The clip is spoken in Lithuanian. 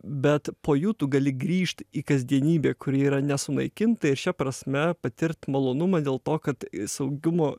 bet po jų tu gali grįžt į kasdienybę kuri yra nesunaikinta ir šia prasme patirt malonumą dėl to kad saugumo